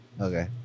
Okay